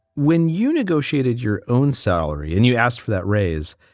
when you negotiated your own salary and you asked for that raise,